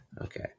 Okay